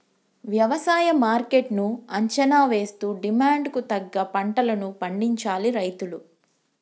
వ్యవసాయ మార్కెట్ ను అంచనా వేస్తూ డిమాండ్ కు తగ్గ పంటలను పండించాలి రైతులు